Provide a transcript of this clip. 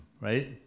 right